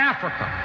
Africa